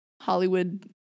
Hollywood